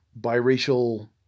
biracial